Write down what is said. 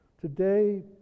today